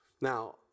Now